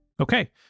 Okay